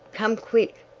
come quick!